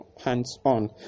hands-on